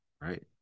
Right